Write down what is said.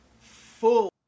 full